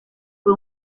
fue